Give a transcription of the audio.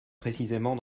précisément